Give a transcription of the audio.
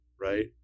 right